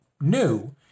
new